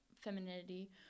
femininity